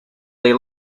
they